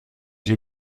j’ai